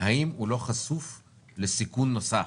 האם הוא לא חשוף לסיכון נוסף?